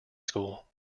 school